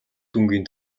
дүнгийн